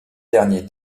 derniers